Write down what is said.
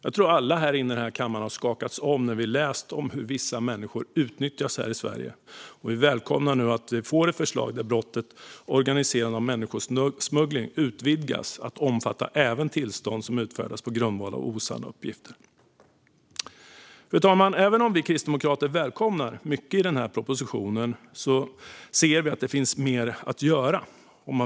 Jag tror att vi alla har skakats om när vi läst om hur vissa människor utnyttjas här i Sverige, och vi välkomnar att vi nu får ett förslag där brottet organiserande av människosmuggling utvidgas till att omfatta även tillstånd som har utfärdats på grundval av osanna uppgifter. Fru talman! Även om vi kristdemokrater välkomnar mycket i propositionen ser vi att det finns mer att göra.